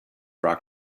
rock